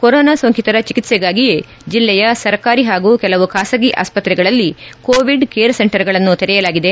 corona ಸೋಂಕಿತರ ಚೆಕಿತ್ಸೆಗಾಗಿಯೇ ಜಿಲ್ಲೆಯ ಸರ್ಕಾರಿ ಹಾಗೂ ಕೆಲವು ಖಾಸಗಿ ಆಸ್ವತ್ರೆಗಳಲ್ಲಿ ಕೋವಿಡ್ ಕೇರ್ ಸೆಂಟರ್ಗಳನ್ನು ತೆರೆಯಲಾಗಿದೆ